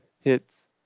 hits